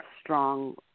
strong